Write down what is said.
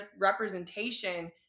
representation